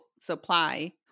supply